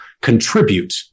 contribute